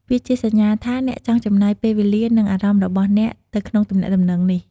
វាជាសញ្ញាថាអ្នកចង់ចំណាយពេលវេលា និងអារម្មណ៍របស់អ្នកទៅក្នុងទំនាក់ទំនងនេះ។